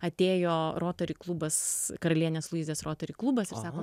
atėjo rotary klubas karalienės luizės rotary klubas ir sako